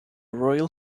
royal